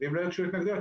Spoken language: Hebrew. אם לא יוגשו התנגדויות,